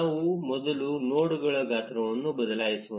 ನಾವು ಮೊದಲು ನೋಡ್ಗಳ ಗಾತ್ರವನ್ನು ಬದಲಾಯಿಸೋಣ